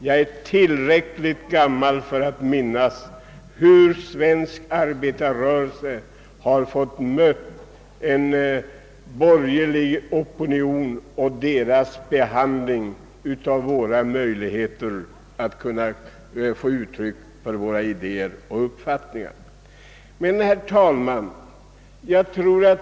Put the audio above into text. Jag är tillräckligt gammal för att minnas hur svensk arbetarrörelse fick möta en borgerlig opinion och vilka möjligheter den då hade att ge uttryck för sin uppfattning.